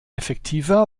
effektiver